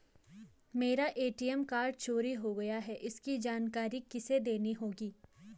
मेरा ATM card चोरी हो गया है इसकी जानकारी किसे देनी होगी?